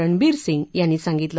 रणबीर सिंग यांनी सांगितलं